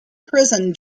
prison